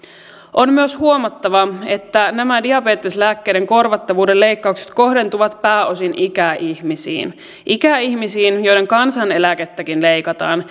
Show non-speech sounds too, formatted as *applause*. on myös huomattava että nämä diabeteslääkkeiden korvattavuuden leikkaukset kohdentuvat pääosin ikäihmisiin ikäihmisiin joiden kansaneläkettäkin leikataan *unintelligible*